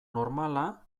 normala